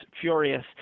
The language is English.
furious